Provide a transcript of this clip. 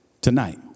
Tonight